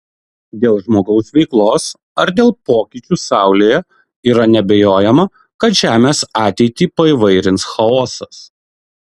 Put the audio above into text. dėl žmogaus veiklos ar dėl pokyčių saulėje yra neabejojama kad žemės ateitį paįvairins chaosas